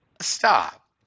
stop